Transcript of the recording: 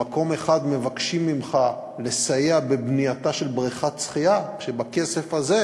במקום אחד מבקשים ממך לסייע בבנייתה של בריכת שחייה כשבכסף הזה